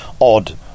odd